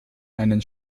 einen